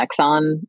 Exxon